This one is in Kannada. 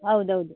ಹೌದ್ ಹೌದು